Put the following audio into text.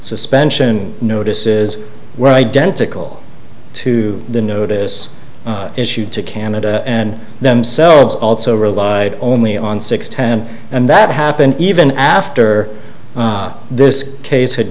suspension notices were identical to the notice issued to canada and themselves also relied only on six ten and that happened even after this case had